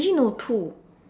actually no two